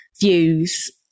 views